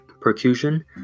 percussion